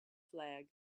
flag